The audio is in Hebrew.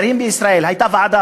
הייתה ועידה,